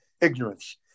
ignorance